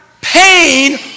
pain